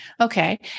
Okay